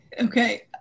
Okay